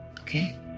Okay